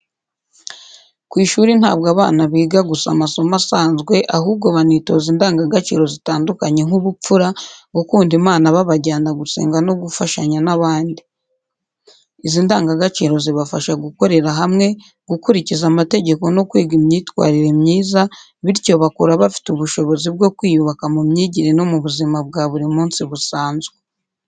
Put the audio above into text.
Ku ishuri ntabwo abana biga gusa amasomo asanzwe, ahubwo banitoza indangagaciro zitandukanye nk’ubupfura, gukunda Imana babajyana gusenga no gufatanya n’abandi. Izi ndangagaciro zibafasha gukorera hamwe, gukurikiza amategeko no kwiga imyitwarire myiza, bityo bakura bafite ubushobozi bwo kwiyubaka mu myigire no mu buzima bwa buri munsi busanzwe.